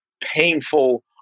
painful